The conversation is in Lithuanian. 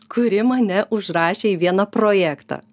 kuri mane užrašė į vieną projektą